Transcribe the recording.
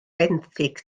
benthyg